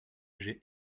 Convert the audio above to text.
j’ai